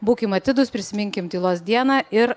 būkim atidūs prisiminkim tylos dieną ir